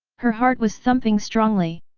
her heart was thumping strongly.